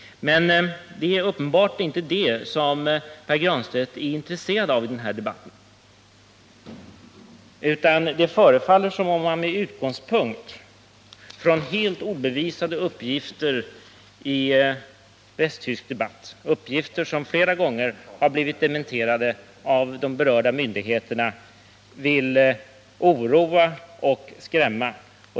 Men det är uppenbarligen inte det som Pär Granstedt är intresserad av i den här debatten, utan det förefaller som om han med utgångspunkt i helt obevisade uppgifter i västtysk debatt, uppgifter som flera gånger har blivit dementerade av de berörda myndigheterna, vill oroa och skrämma.